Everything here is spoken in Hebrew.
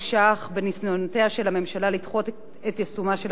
בניסיונותיה של הממשלה לדחות את יישומו של החוק,